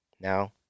Now